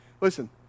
Listen